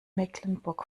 mecklenburg